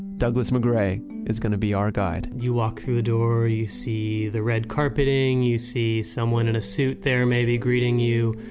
douglas mcgray is going to be our guide you walk through the door, you see the red carpeting, you see someone in a suit. they may be greeting you.